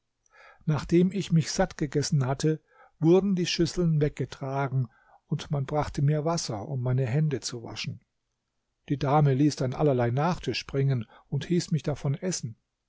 nachdem ich mich sattgegessen hatte wurden die schüsseln weggetragen und man brachte mir wasser um meine hände zu waschen die dame ließ dann allerlei nachtisch bringen und hieß mich davon essen